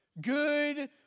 good